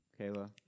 Kayla